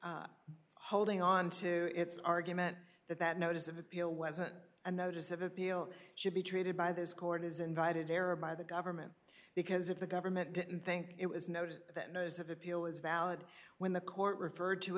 putting holding onto its argument that that notice of appeal wasn't a notice of appeal should be treated by this court is invited error by the government because if the government didn't think it was noted that notice of appeal was valid when the court referred to